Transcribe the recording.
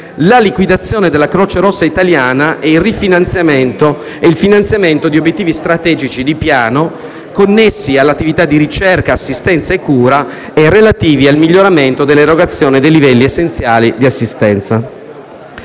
la liquidazione della Croce Rossa Italiana e il finanziamento di obiettivi strategici di piano connessi all'attività di ricerca, assistenza e cura e relativi al miglioramento dell'erogazione dei livelli essenziali di assistenza.